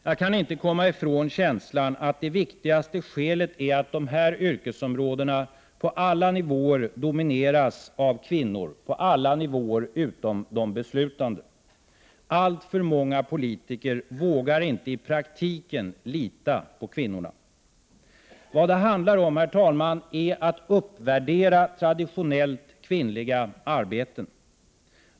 Jag kan inte komma ifrån känslan att det viktigaste skälet är att dessa yrkesområden på alla nivåer utom de beslutande domineras av kvinnor. Alltför många politiker vågar inte i praktiken lita på kvinnorna. Vad det handlar om, herr talman, är att uppvärdera traditionellt kvinnliga arbeten.